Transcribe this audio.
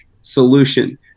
solution